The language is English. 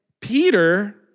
Peter